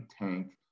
tank